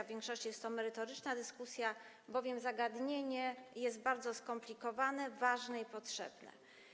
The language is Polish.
W większości przypadków jest to merytoryczna dyskusja, bowiem zagadnienie jest bardzo skomplikowane, ważne i potrzebne.